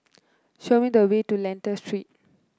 show me the way to Lentor Street